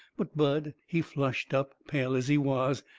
but bud, he flushed up, pale as he was,